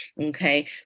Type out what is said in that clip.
okay